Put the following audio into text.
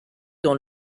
dans